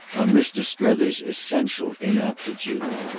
on mr. strether's essential inaptitude.